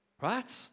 right